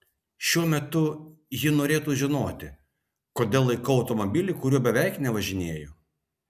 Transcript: šiuo metu ji norėtų žinoti kodėl laikau automobilį kuriuo beveik nevažinėju